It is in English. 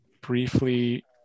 briefly